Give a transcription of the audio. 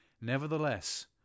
Nevertheless